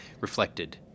reflected